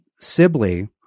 Sibley